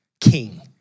king